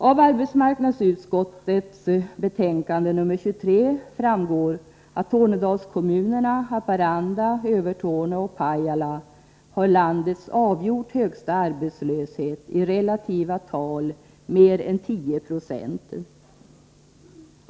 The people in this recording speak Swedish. Av arbetsmarknadsutskottets betänkande 23 framgår att Tornedalskommunerna Haparanda, Övertorneå och Pajala har landets avgjort högsta arbetslöshet —i relativa tal mer än 10 96.